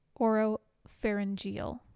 Oropharyngeal